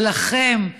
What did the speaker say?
שלכם,